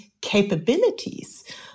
capabilities